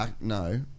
no